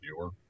viewer